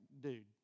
dude